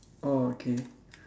oh okay